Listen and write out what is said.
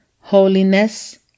holiness